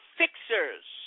fixers